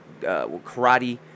karate